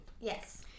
Yes